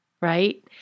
right